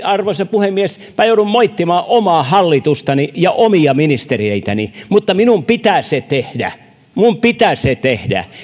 arvoisa puhemies minä joudun moittimaan omaa hallitustani ja omia ministereitäni mutta minun pitää se tehdä minun pitää se tehdä